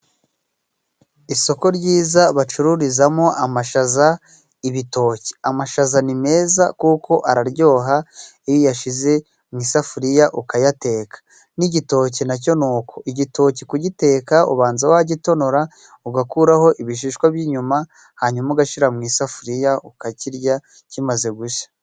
Isoko ryiza bacururizamo amashaza, ibitoki. Amashaza ni meza kuko araryoha, iyo uyashize mu isafuriya ukayateka. N'igitoki nacyo ni uko. Igitoki kugiteka ubanza wagitonora ugakuraho ibishishwa by'inyuma, hanyuma ugashira mu isafuriya ukakirya kimaze gushya.